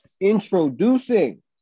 Introducing